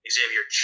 Xavier